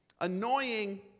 annoying